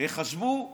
ייחשבו ל-15.